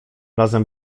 razem